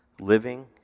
living